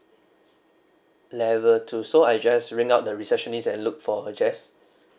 level two so I just ring up the receptionist and look for jess